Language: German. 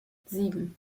sieben